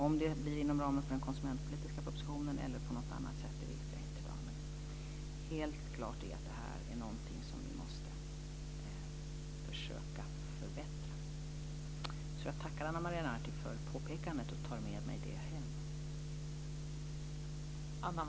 Om det blir inom ramen för den konsumentpolitiska propositionen eller på något annat sätt vet jag inte i dag. Helt klart är att detta är någonting som vi måste försöka förbättra. Jag tackar Ana Maria Narti för påpekandet och tar med mig det hem.